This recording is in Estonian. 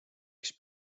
üks